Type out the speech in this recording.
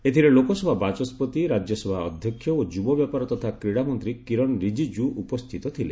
ଏଥିରେ ଲୋକସଭା ବାଚସ୍କତି ରାଜ୍ୟସଭା ଅଧ୍ୟକ୍ଷ ଓ ଯୁବ ବ୍ୟାପାର ତଥା କ୍ରୀଡ଼ା ମନ୍ତ୍ରୀ କିରଣ ରିଜିଜ୍ଜୁ ଉପସ୍ଥିତ ଥିଲେ